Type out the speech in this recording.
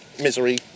misery